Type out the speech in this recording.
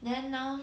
then now